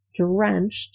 drenched